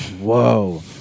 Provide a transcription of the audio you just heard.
Whoa